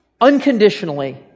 unconditionally